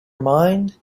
mind